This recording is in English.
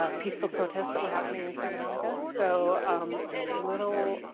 ah peaceful protests that were happening in santa monica. so i'm a little